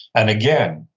and again,